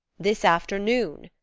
this afternoon,